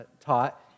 taught